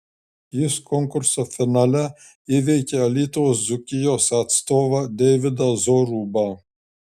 jis konkurso finale įveikė alytaus dzūkijos atstovą deividą zorubą